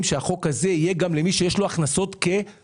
שהחוק הזה יחול גם על מי שיש לו הכנסות כשכיר.